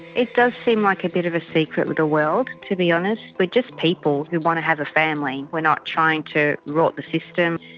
it does seem like a bit of a secretive world, to be honest. we're just people who want to have a family. we're not trying to rort the system.